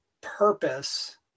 purpose